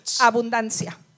Abundancia